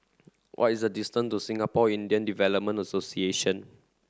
what is the distance to Singapore Indian Development Association